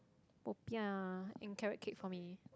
popiah and carrot cake for me